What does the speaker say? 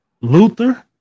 Luther